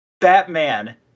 Batman